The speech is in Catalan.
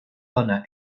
dona